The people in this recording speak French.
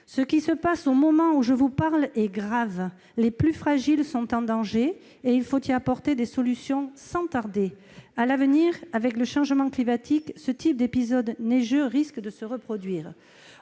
Ce qui se passe au moment où je vous parle est grave. Les plus fragiles sont en danger et il faut y apporter des solutions sans tarder. À l'avenir, avec le changement climatique, ce type d'épisode neigeux risque de se reproduire.